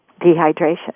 Dehydration